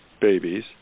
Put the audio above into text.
babies